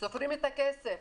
סופרים את הכסף.